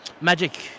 magic